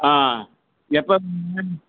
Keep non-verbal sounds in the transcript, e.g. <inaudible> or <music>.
ஆ எப்போ <unintelligible>